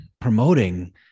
promoting